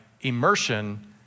immersion